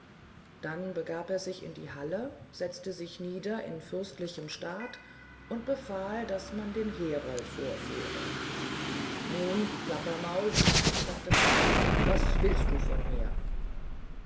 dann begab er sich in die halle setzte sich nieder in fürstlichem staat und befahl daß man den herold vorführe nun plaudermaul sagte manfred was willst du von mir